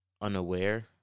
unaware